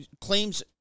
claims